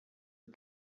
are